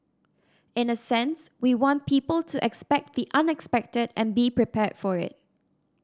in a sense we want people to expect the unexpected and be prepared for it